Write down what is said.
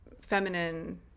feminine